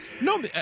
no